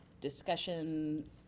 discussion